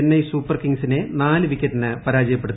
Chennai super കിങ്സിനെ നാല് വിക്കറ്റിന് പരാജയപ്പെടുത്തി